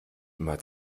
immer